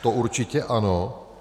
To určitě ano.